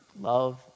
love